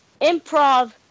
improv